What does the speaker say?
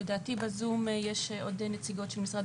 לדעתי בזום יש עוד נציגות של משרד